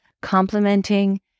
complementing